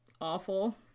awful